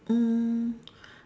um